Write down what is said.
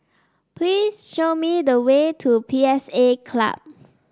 please show me the way to P S A Club